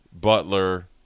Butler